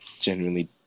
genuinely